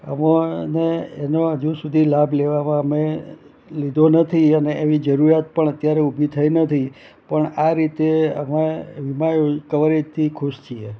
અમોને એનો હજુ સુધી લાભ લેવામાં અમે લીધો નથી અને એવી જરૂરિયાત પણ અત્યારે ઊભી થઈ નથી પણ આ રીતે અમે વીમા કવરેજથી ખુશ છીએ